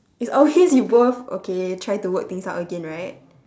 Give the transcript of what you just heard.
it's always you both okay try to work things out again right